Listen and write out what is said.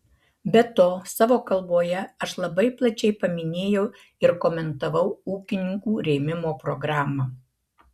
be to savo kalboje aš labai plačiai paminėjau ir komentavau ūkininkų rėmimo programą